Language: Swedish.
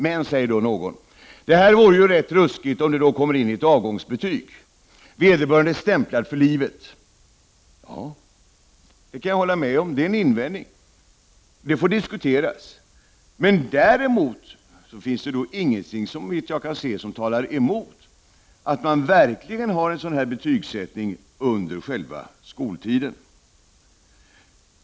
Men, säger då någon, det vore ju rätt ruskigt om dåliga vitsord i de här avseendena kom in i ett avgångsbetyg. Vederbörande skulle vara stämplad för livet. Ja, det kan jag hålla med om. Det är en invändning. Det får diskute ras. Men däremot finns det ingenting, såvitt jag kan se, som talar emot att man verkligen har en sådan här betygsättning under själva skoltiden.